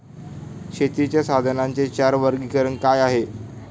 शेतीच्या साधनांचे चार वर्गीकरण काय आहे?